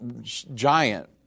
giant